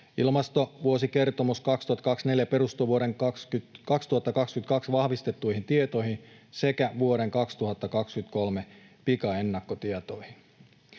Ilmastovuosikertomus 2024 perustuu vuoden 2022 vahvistettuihin tietoihin sekä vuoden 2023 pikaennakkotietoihin.